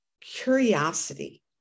curiosity